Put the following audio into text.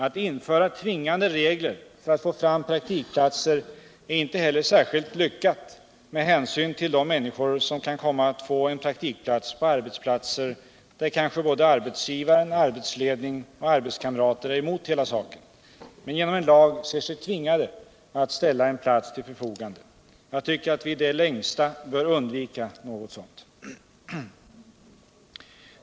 Att införa tvingande regler för att få fram praktikplatser är inte heller särskilt lyckat med hänsyn till de människor som kan komma aut få en praktikplats på arbetsplatser, där kanske såväl arbetsgivaren som arbetsledningen och arbetskamraterna är emot hela saken men på grund av lagen ser sig tvingade att ställa en plats till förfogande. Jag tycker att vi i det längsta bör undvika något sådant.